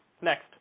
Next